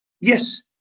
yes